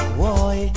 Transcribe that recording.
boy